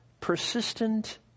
persistent